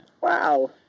Wow